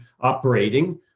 operating